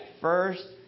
first